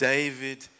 David